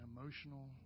emotional